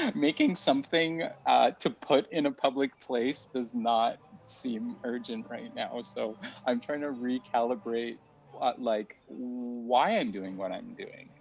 um making something to put in a public place does not seem urgent right now. so i'm trying to recalibrate like why i'm doing what i'm doing,